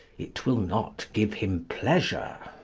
it will not give him pleasure.